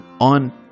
on